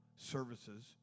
services